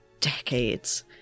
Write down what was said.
decades